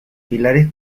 pilares